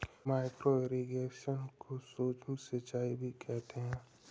micro irrigation को सूक्ष्म सिंचाई भी कहते हैं